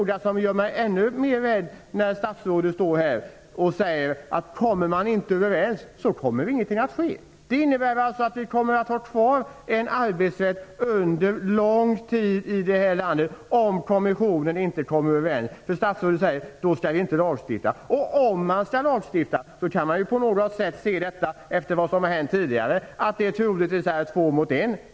Jag blir också rädd när statsrådet står här och säger att om man inte kommer överens så kommer ingenting att ske. Det innebär i så fall att om kommissionen inte kommer överens kommer vi under lång tid att ha kvar denna arbetsrätt i det här landet. Statsrådet säger att vi då inte skall lagstifta. Om man skall lagstifta kan man på något sätt se hur det har varit tidigare. Det blir troligtvis två mot en.